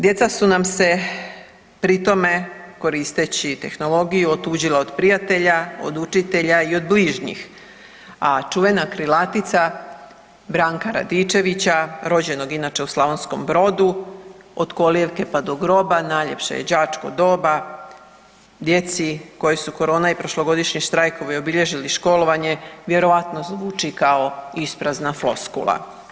Djeca su nam se pri tome koristeći tehnologiju otuđila od prijatelja, od učitelja i od bližnjih, a čuvena krilatica Branka RAdičevića rođenog inače u Slavonskom Brodu „Od kolijevke pa do groba najljepše je đačko doba“ djeci koji su korona i prošlogodišnji štrajkovi obilježili školovanje vjerojatno zvuči kao isprazna floskula.